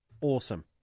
Awesome